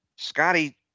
Scotty